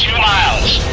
miles.